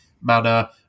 manner